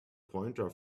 pointer